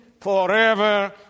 forever